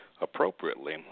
appropriately